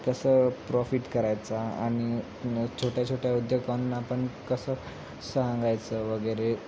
कसं प्रॉफिट करायचा आणि छोट्या छोट्या उद्योगांना पण कसं सांगायचं वगैरे